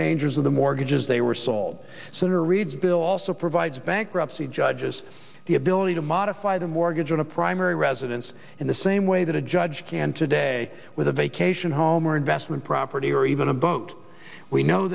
dangers of the mortgages they were sold senator reid's bill also provides bankruptcy judges the ability to modify the mortgage on a primary residence in the same way that a judge can today with a vacation home or investment property or even a boat we know